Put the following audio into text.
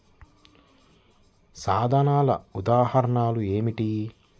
సాధనాల ఉదాహరణలు ఏమిటీ?